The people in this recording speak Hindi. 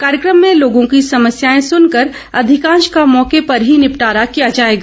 कार्यक्रम में लोगों की समस्यायें सुनकर अधिकांश का मौके पर निपटारा किया जायेगा